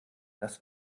das